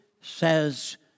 says